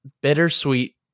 bittersweet